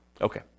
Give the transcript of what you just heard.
Okay